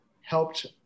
helped